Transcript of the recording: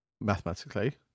mathematically